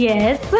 Yes